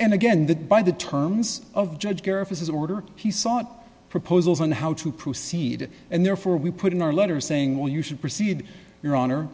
and again that by the terms of judge gervase his order he sought proposals on how to proceed and therefore we put in our letter saying well you should proceed your honor